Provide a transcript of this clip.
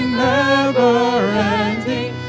never-ending